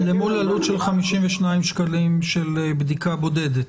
זה מול עלות של 52 שקלים לבדיקה בודדת.